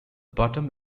bottom